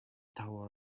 tower